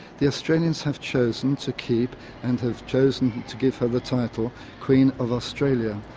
the australians have chosen to keep and have chosen to give her the title queen of australia.